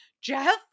Jeff